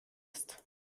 ist